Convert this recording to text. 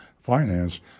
finance